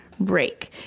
break